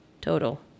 total